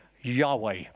yahweh